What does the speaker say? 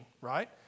right